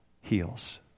heals